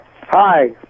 hi